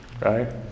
right